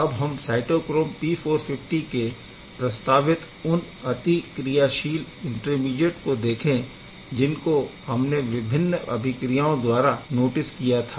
अब हम cytochrome P450 के प्रस्तावित उन अतिक्रियाशील इंटरमीडीएट को देखें जिनको हमने विभिन्न अभिक्रियाओं द्वारा नोटिस किया था